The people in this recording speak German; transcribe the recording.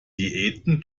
diäten